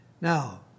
Now